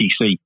PC